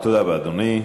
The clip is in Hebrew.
תודה רבה, אדוני.